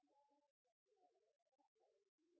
må få